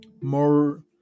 more